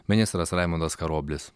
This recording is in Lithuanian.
ministras raimundas karoblis